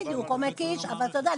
אבל אתה יודע,